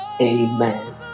Amen